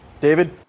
David